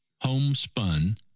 homespun